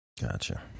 Gotcha